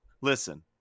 listen